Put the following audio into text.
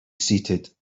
seated